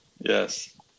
Yes